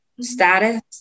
status